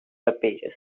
webpages